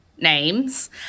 names